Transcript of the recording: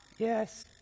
yes